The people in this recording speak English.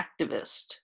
activist